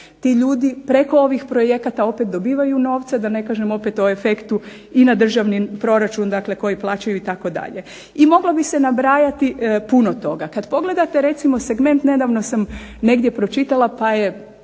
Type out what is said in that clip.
ti ljudi preko ovih projekata opet dobivaju novce, da ne kažem opet o efektu i na državni proračun dakle koji plaćaju itd. I moglo bi se nabrajati puno toga. Kad pogledate recimo segment, nedavno sam negdje pročitala pa je